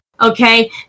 Okay